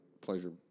pleasure